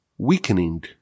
Weakening